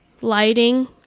lighting